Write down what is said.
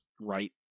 right